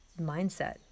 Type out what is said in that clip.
mindset